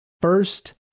First